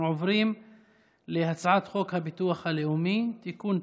אנחנו עוברים להצעת חוק הביטוח הלאומי (תיקון,